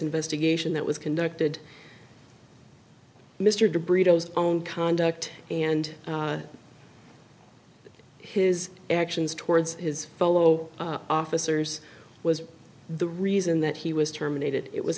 investigation that was conducted mr de brito own conduct and his actions towards his fellow officers was the reason that he was terminated it was